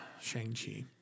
Shang-Chi